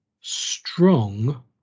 Strong